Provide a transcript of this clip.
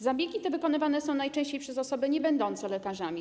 Zabiegi te wykonywane są najczęściej przez osoby niebędące lekarzami.